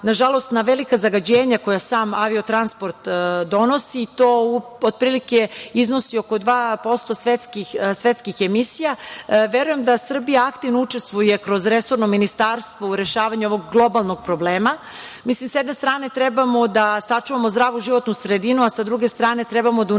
nažalost, velika zagađenja koja sam avio-transport donosi. To, otprilike, iznosi oko 2% svetskih emisija. Verujem da Srbija aktivno učestvuje kroz resorno ministarstvo u rešavanju ovog globalnog problema. Mislim, sa jedne strane treba da sačuvamo zdravu životnu sredinu, a sa druge strane trebamo da unapredimo